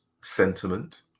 sentiment